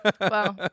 Wow